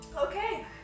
Okay